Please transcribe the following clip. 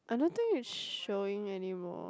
I don't think it's showing anymore